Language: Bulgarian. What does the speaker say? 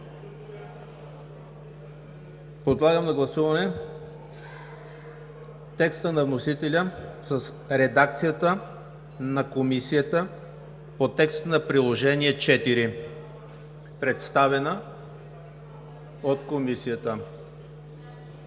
Подлагам на гласуване текста на вносителя с редакцията на Комисията по текста на Приложение № 4, представена от Комисията.